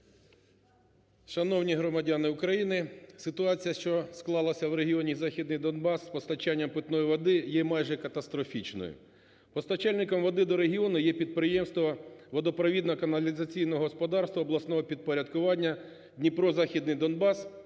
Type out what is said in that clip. народні депутати України! Ситуація, що склалася в регіоні західний Донбас з постачанням питної води, є майже катастрофічною. Постачальником води до регіону є підприємство водопровідно-каналізаційного господарства обласного підпорядкування "Дніпро-Західний Донбас",